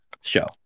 show